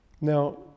Now